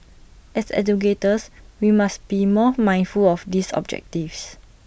as educators we must be more mindful of these objectives